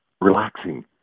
relaxing